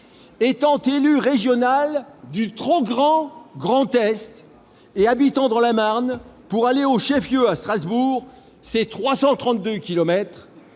Étant élue régionale du trop grand Grand Est et habitant dans la Marne, pour aller au chef-lieu, à Strasbourg, c'est 332 kilomètres,